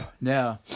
Now